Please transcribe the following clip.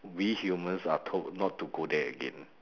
we humans are told not to go there again